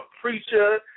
preacher